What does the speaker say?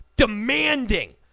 demanding